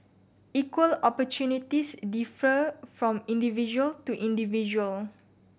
equal opportunities differ from individual to individual